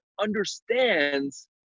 understands